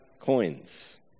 coins